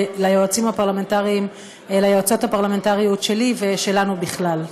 ליועצות הפרלמנטריות שלי ושלנו בכלל.